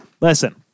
Listen